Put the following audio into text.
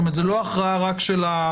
כלומר זה לא הכרעה רק של התובע.